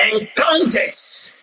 Encounters